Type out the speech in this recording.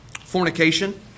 fornication